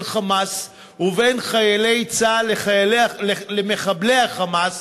"חמאס" ובין חיילי צה"ל למחבלי ה"חמאס"